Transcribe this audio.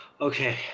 okay